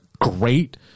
great